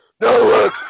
No